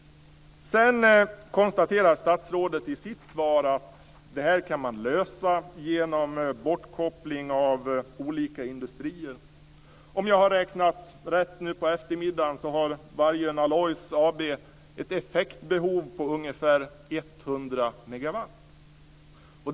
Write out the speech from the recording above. Statsrådet konstaterar i sitt svar att det här kan man lösa genom bortkoppling av olika industrier. Om jag på eftermiddagen räknade rätt har Vargön Alloys AB ett effektbehov av ungefär 100 megawatt.